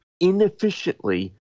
inefficiently